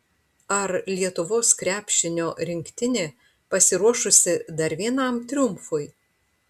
ar lietuvos krepšinio rinktinė pasiruošusi dar vienam triumfui